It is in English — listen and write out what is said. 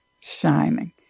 shining